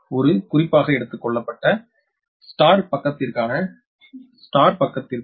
VAn ஒரு குறிப்பாக எடுத்துக் கொள்ளப்பட்ட நட்சத்திர பக்கத்திற்கான நட்சத்திர பக்கத்திற்கும்